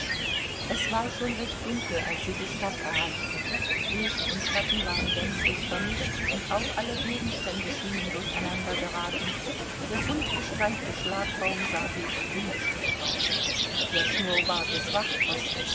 es war schon recht dunkel als sie die stadt erreichten licht und schatten waren gänzlich vermischt und auch alle gegenstände schienen durcheinandergeraten der buntgestreifte schlagbaum sah höchst unbestimmt aus der schnurrbart des